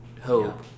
hope